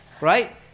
Right